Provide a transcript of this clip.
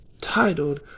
titled